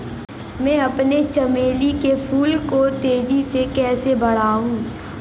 मैं अपने चमेली के फूल को तेजी से कैसे बढाऊं?